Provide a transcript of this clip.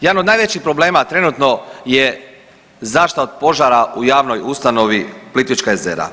Jedan od najvećih problema trenutno je zaštita od požara u javnoj ustanovi Plitvička jezera.